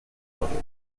levels